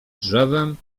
drzewem